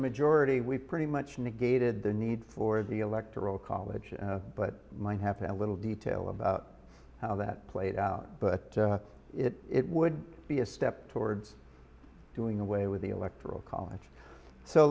majority we pretty much negated the need for the electoral college but might have had a little detail about how that played out but it would be a step towards doing away with the electoral college so